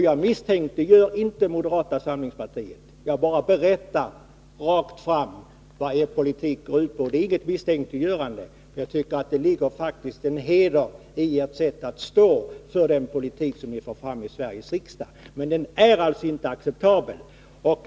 Jag misstänkliggör inte moderata samlingspartiet, utan jag berättar bara rakt på sak vad moderaternas politik går ut på. Det ligger faktiskt en heder i att sätta stopp för den politik som ni för fram i Sveriges riksdag och som alltså inte är acceptabel.